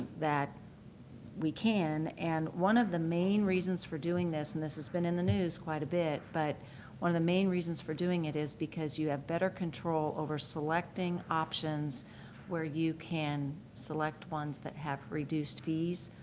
that we can, and one of the main reasons for doing this, and this has been in the news quite a bit, but one of the main reasons for doing it is because you have better control over selecting options where you can select ones that have reduced fees.